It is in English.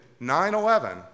9-11